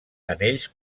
anells